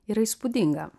yra įspūdinga